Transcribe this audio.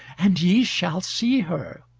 and ye shall see her.